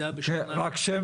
הסכום